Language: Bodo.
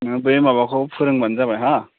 नोङो बे माबाखौ फोरोंबानो जाबाय हा